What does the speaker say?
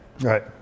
right